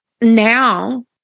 now